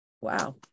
Wow